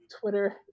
Twitter